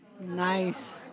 Nice